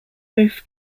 both